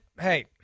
hey